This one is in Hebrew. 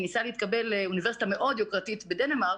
ניסה להתקבל לאוניברסיטה מאוד יוקרתית בדנמרק,